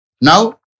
Now